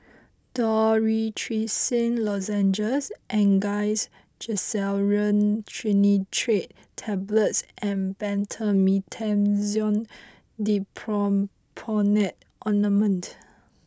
Dorithricin Lozenges Angised Glyceryl Trinitrate Tablets and Betamethasone Dipropionate Ointment